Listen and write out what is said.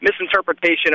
misinterpretation